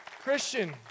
Christian